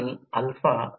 5 आहे